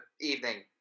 evening